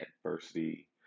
adversity